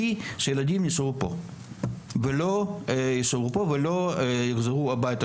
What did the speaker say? שהילדים יישארו כאן ולא יחזרו הביתה,